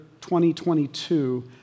2022